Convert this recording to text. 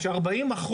היא שמ-80%